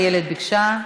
איילת ביקשה.